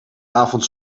avond